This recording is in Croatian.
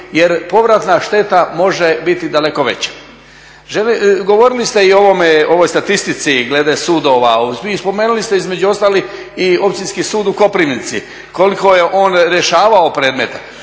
Jer povratna šteta može biti daleko veća. Govorili ste i o ovoj statistici glede sudova i spomenuli ste između ostalih i Općinski sud u Koprivnici, koliko je on rješavao predmeta.